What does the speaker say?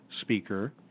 speaker